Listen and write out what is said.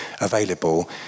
available